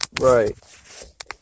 Right